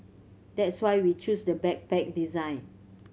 that's why we chose the backpack design